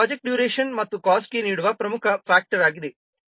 ಇದು project duration ಮತ್ತು ಕಾಸ್ಟ್ಗೆ ಕೊಡುಗೆ ನೀಡುವ ಪ್ರಮುಖ ಫ್ಯಾಕ್ಟರ್ ಆಗಿದೆ